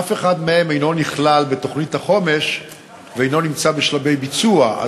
אף אחד מהם אינו נכלל בתוכנית החומש ואינו נמצא בשלבי ביצוע.